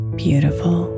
beautiful